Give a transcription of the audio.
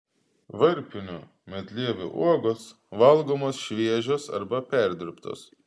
varpinių medlievų uogos valgomos šviežios arba perdirbtos